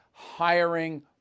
Hiring